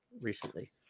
recently